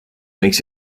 makes